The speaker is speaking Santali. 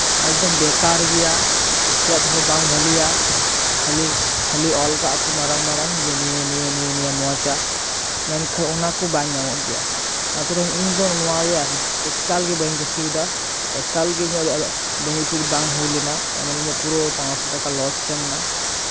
ᱮᱠᱫᱚᱢ ᱵᱮᱠᱟᱨ ᱜᱮᱭᱟ ᱪᱮᱫ ᱦᱚᱸ ᱵᱟᱝ ᱵᱷᱟᱞᱤᱭᱟ ᱠᱷᱟᱹᱞᱤ ᱠᱷᱟᱹᱞᱤ ᱚᱞ ᱠᱟᱜᱼᱟ ᱠᱚ ᱢᱟᱨᱟᱝ ᱢᱟᱨᱟᱝ ᱡᱮ ᱱᱤᱭᱟᱹ ᱱᱤᱭᱟᱹ ᱱᱤᱭᱟᱹ ᱱᱤᱭᱟᱹ ᱢᱚᱸᱡᱼᱟ ᱢᱮᱱᱠᱷᱟᱱ ᱚᱱᱟ ᱠᱚ ᱵᱟᱝ ᱧᱟᱢᱚᱜ ᱜᱮᱭᱟ ᱟᱫᱚ ᱛᱟᱦᱞᱮ ᱤᱧ ᱫᱚ ᱱᱚᱣᱟᱜᱮ ᱮᱠᱟᱞᱜᱮ ᱵᱟᱹᱧ ᱠᱩᱥᱤᱭᱟᱫᱟ ᱮᱠᱟᱞ ᱜᱮ ᱤᱧᱟᱹᱜ ᱵᱮᱱᱤᱯᱷᱤᱴ ᱵᱟᱝ ᱦᱩᱭ ᱞᱮᱱᱟ ᱮᱢᱚᱱ ᱤᱧᱟᱹᱜ ᱯᱩᱨᱟᱹ ᱯᱟᱸᱥᱥᱳ ᱴᱟᱠᱟ ᱞᱚᱥ ᱮᱱᱟ